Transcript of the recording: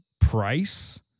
price